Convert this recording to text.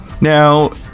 Now